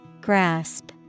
Grasp